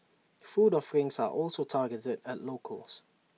food offerings are also targeted at locals